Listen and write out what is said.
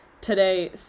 today